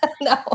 no